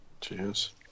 cheers